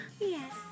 Yes